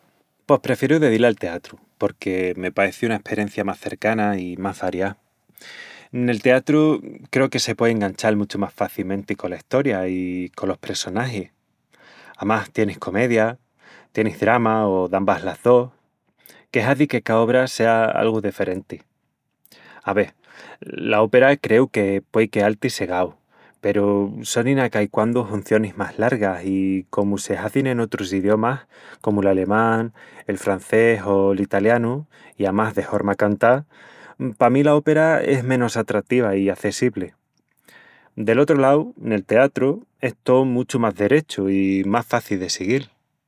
Pos prefieru de dil al teatru, porque me paeci una esperencia más cercana i más variá. Nel teatru, creu que se puei enganchal muchu más facimenti cola estoria i colos pressonagis... Amás tienis comedia, tienis drama o dambas las dos... que hazi que ca obra sea algu deferenti. Ave... la ópera creu que puei queal-ti segau, peru sonin a caiquandu huncionis más largas i comu se hazin en otrus idiomas comu l'alemán, el francés o l'italianu, i amás de horma cantá, pa mí la ópera es menos atrativa i acessibli. Del otru lau, nel teatru, es tó muchu más derechu i más faci de siguil.